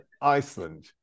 Iceland